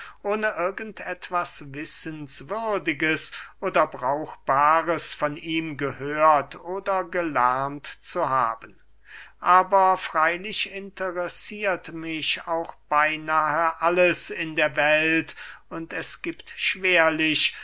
ohne irgend etwas wissenswürdiges oder brauchbares von ihm gehört oder gelernt zu haben aber freylich interessiert mich auch beynahe alles in der welt und es giebt schwerlich